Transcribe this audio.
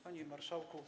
Panie Marszałku!